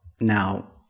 Now